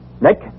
Nick